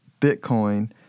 Bitcoin